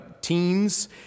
teens